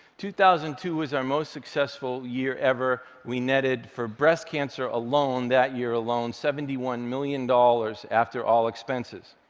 two thousand and two was our most successful year ever. we netted for breast cancer alone, that year alone, seventy one million dollars after all expenses.